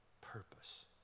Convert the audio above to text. purpose